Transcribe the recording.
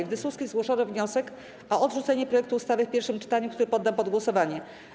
W dyskusji zgłoszono wniosek o odrzucenie projektu ustawy w pierwszym czytaniu, który poddam pod głosowanie.